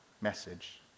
message